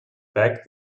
back